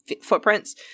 footprints